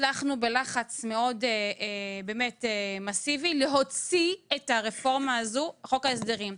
הצלחנו בלחץ באמת מאסיבי להוציא את הרפורמה הזו מחוק ההסדרים.